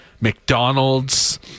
McDonald's